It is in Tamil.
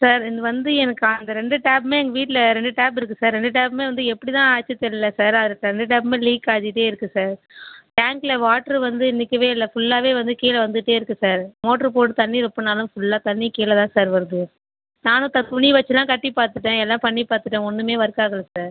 சார் இது வந்து எனக்கு அந்த ரெண்டு டேப்புமே எங்கள் வீட்டில் ரெண்டு டேப் இருக்குது சார் ரெண்டு டேப்புமே வந்து எப்படி தான் ஆச்சு தெரில சார் ரெண்டு டேப்புமே லீக் ஆகிட்டே இருக்குது சார் டாங்க்கில் வாட்டர் வந்து நிற்கவே இல்லை ஃபுல்லாகவே வந்து கீழே வந்துட்டே இருக்குது சார் மோட்டர் போட்டு தண்ணி ரொப்பினாலும் ஃபுல்லாக தண்ணி கீழே தான் சார் வருது நானும் சார் துணி வைச்செல்லாம் கட்டி பார்த்துட்டேன் எல்லாம் பண்ணி பார்த்துட்டேன் ஒன்றுமே ஒர்க் ஆகலை சார்